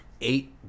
eight